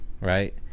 right